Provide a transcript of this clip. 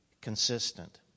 consistent